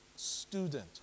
Student